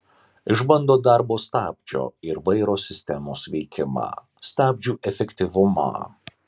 išbando darbo stabdžio ir vairo sistemos veikimą stabdžių efektyvumą